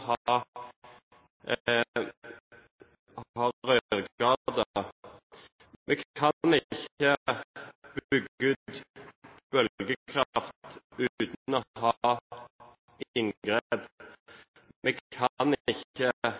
ha rørgater, vi kan ikke bygge ut bølgekraft uten å ha inngrep, og vi kan ikke